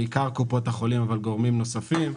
שאלה קופות החולים וגם גורמים נוספים,